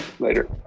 later